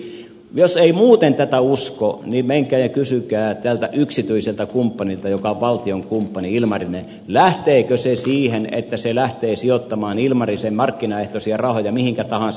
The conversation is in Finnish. jos ette muuten tätä usko niin menkää ja kysykää tältä yksityiseltä kumppanilta joka on valtion kumppani ilmarinen lähteekö se siihen että se lähtee sijoittamaan ilmarisen markkinaehtoisia rahoja mihinkä tahansa